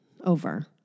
over